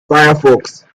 firefox